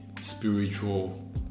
spiritual